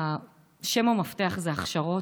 המפתח זה הכשרות,